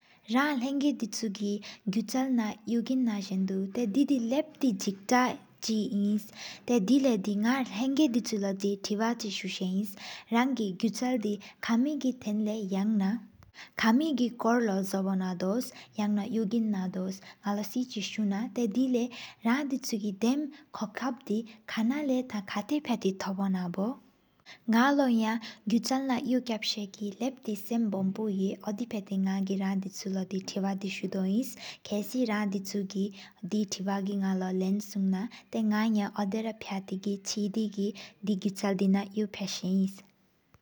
རང་ལང་དིཆུ་གི་གུཨ་ན་ཡོགེན། ནཉ་སྡུ་ཏའ་དི་ལབ་ཏི་ཟིག་ཏ་ཆི་ཨིནས། ཏའ་དེ་ལེ་དི་ནག་ལང་དིཆུ་ལོ། ཐེའ་བ་ཕྱིག་སུ་སཱ་ཨིན་གརི་གུཨ་དི། ཁམི་གི་ཐེན་ན་ཡང་ན་ཀམི་གི་སོ་ལོ། ཟོོ་པོ་ནང་ཟོས་ཡ་ན་ཡཀ་ཀི་ན་མཇའ་ན། ནག་མདོག་གཅིག་སུ་ན་ཏ་དེ་ལ། རང་དིཆུ་གི་ཌེམ་གྲོག་ཌི་རེཉ། ཁ་ནག་ལེ་ཆང་ཆའ་ད་་པེན་རི་ནང་བོ། ནག་པོ་སྒར་གཅིག་སཙོག་ན་ཡཀ་ལ་བི་མི། བམབེནཌ་ཏའ་འེ་ཧི་ཐཱ་ཅིག་གི་གེཀ་རང་དིཆུ་ལོ། ཐེའ་བ་རྔ་ཨིན་ཁཱ་ཝ་ཆིག་ཤན་དིཆུ་གི་ནག་ལོ། དེ་བ་དེ་བ་དེའོ་ཨིའ་དེའོ་དི་སཻད་ན་ན་ནང་ཡ། འེཡ་ཐའ་དི་གྲེ་དེའ་བོ་ཕྲེ་སེ་་བ་ནརེ་ཨ། འེ་སའས་པུར་རི།